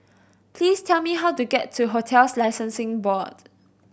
please tell me how to get to Hotels Licensing Board